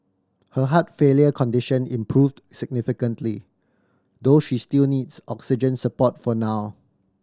her heart failure condition improved significantly though she still needs oxygen support for now